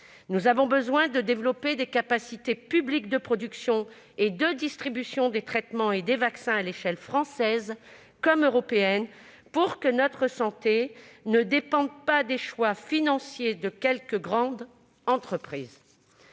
Nous avons besoin de développer des capacités publiques de production et de distribution des traitements et des vaccins à l'échelle française et européenne pour que notre santé ne dépende pas des choix financiers de quelques grandes entreprises.